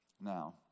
Now